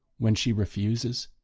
when she refuses,